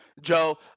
Joe